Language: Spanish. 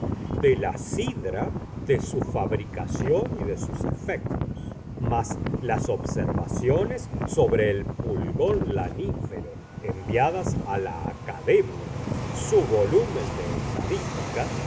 cde la sidra de su fabricación y de sus efectos más las observaciones sobre el pulgón lanífero enviadas á la academia su volumen de estadística y